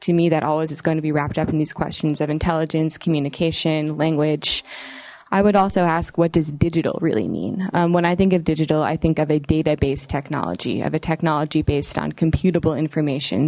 to me that always is going to be wrapped up in these questions of intelligence communication language i would also ask what does digital really mean when i think of digital i think of a database technology of a technology based on computable information